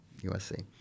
USC